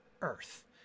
Earth